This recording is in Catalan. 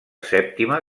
sèptima